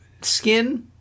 skin